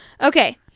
Okay